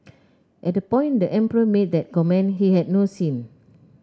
at the point the emperor made that comment he had no sin